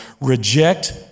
reject